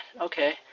Okay